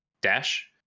dash